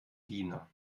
diener